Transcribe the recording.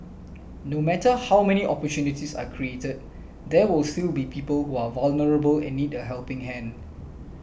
no matter how many opportunities are created there will still be people who are vulnerable and need a helping hand